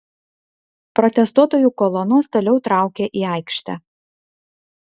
protestuotojų kolonos toliau traukia į aikštę